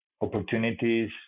opportunities